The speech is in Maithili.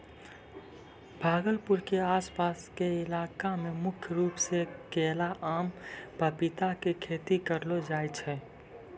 भागलपुर के आस पास के इलाका मॅ मुख्य रूप सॅ केला, आम, पपीता के खेती करलो जाय छै